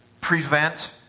prevent